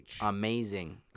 Amazing